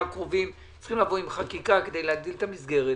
הקרובים עם חקיקה כדי להגדיל את המסגרת